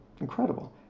Incredible